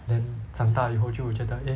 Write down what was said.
then 长大以后就我觉得 eh